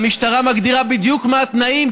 והמשטרה מגדירה בדיוק מה התנאים,